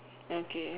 okay